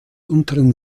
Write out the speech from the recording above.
unteren